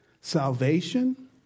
salvation